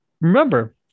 remember